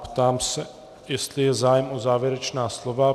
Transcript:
Ptám se, jestli je zájem o závěrečná slova.